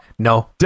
No